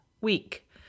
week